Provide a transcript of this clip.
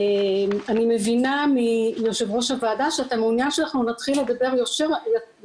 אני מבינה מיו"ר הוועדה שאתה מעוניין שאנחנו נתחיל ישירות